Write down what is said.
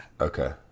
Okay